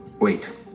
wait